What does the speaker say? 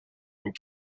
and